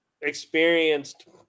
experienced